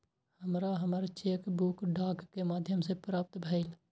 हमरा हमर cheque book डाक के माध्यम से प्राप्त भईल